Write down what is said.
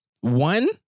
one